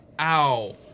Ow